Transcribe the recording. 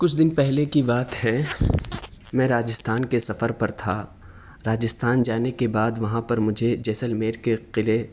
کچھ دن پہلے کی بات ہے میں راجستھان کے سفر پر تھا راجستھان جانے کے بعد وہاں پر مجھے جیسلمیر کے قلعے